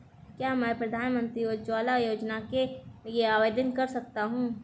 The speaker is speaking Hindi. क्या मैं प्रधानमंत्री उज्ज्वला योजना के लिए आवेदन कर सकता हूँ?